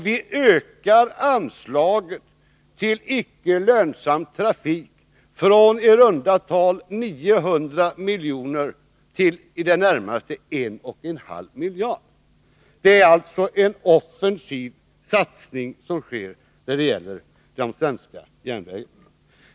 Vi ökar anslaget till icke lönsam trafik från i runt tal 900 milj.kr. till i det närmaste 1,5 miljarder kronor. Det är alltså en offensiv satsning som sker när det gäller de svenska järnvägarna.